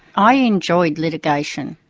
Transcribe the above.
i enjoyed litigation.